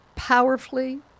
powerfully